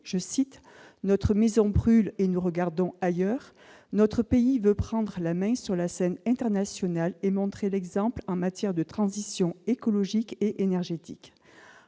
:« Notre maison brûle et nous regardons ailleurs »-, notre pays veut prendre la main sur la scène internationale et montrer l'exemple en matière de transition écologique et énergétique.